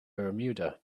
bermuda